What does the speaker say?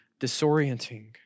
disorienting